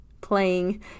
playing